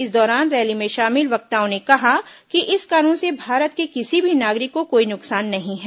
इस दौरान रैली में शामिल वक्ताओं ने कहा कि इस कानून से भारत के किसी भी नागरिक को कोई नुकसान नहीं है